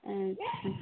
ᱟᱪᱪᱷᱟ